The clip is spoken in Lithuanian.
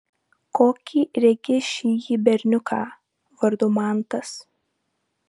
kokį regi šįjį berniuką vardu mantas